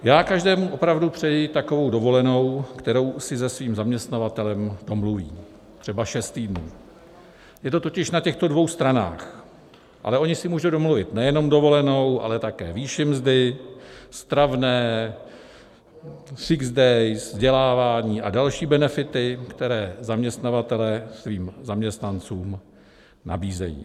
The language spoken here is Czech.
Já každému opravdu přeji takovou dovolenou, kterou si se svým zaměstnavatelem domluví, třeba šest týdnů, je to totiž na těchto dvou stranách, ale oni si můžou domluvit nejenom dovolenou, ale také výši mzdy, stravné, sick days, vzdělávání a další benefity, které zaměstnavatelé svým zaměstnancům nabízejí.